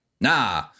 nah